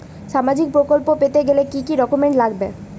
সামাজিক প্রকল্পগুলি পেতে গেলে কি কি ডকুমেন্টস লাগবে?